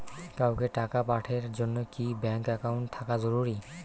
কাউকে টাকা পাঠের জন্যে কি ব্যাংক একাউন্ট থাকা জরুরি?